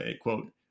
quote